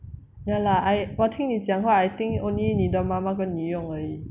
ya lah I 我听你讲话 I think only 你的妈妈跟你用而已